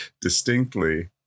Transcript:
distinctly